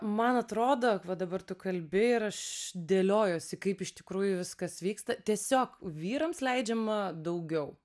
man atrodo va dabar tu kalbi ir aš dėliojuosi kaip iš tikrųjų viskas vyksta tiesiog vyrams leidžiama daugiau